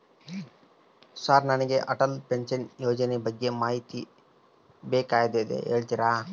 Sir ನನಗೆ Atal pension ಯೋಜನೆ ಬಗ್ಗೆ ಮಾಹಿತಿ ಬೇಕಾಗ್ಯದ ಹೇಳ್ತೇರಾ?